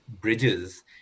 bridges